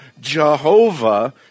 Jehovah